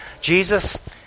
Jesus